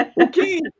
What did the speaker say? Okay